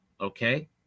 okay